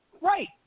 Right